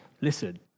Listen